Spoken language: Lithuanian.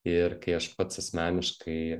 ir kai aš pats asmeniškai